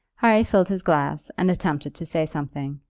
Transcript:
harry filled his glass, and attempted to say something.